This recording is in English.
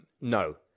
No